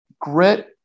grit